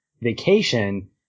vacation